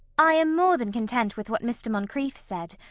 i am more than content with what mr. moncrieff said.